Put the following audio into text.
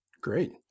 Great